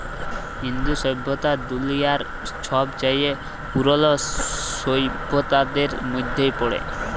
ইন্দু সইভ্যতা দুলিয়ার ছবচাঁয়ে পুরল সইভ্যতাদের মইধ্যে পড়ে